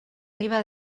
riba